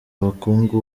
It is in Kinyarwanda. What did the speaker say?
ubukungu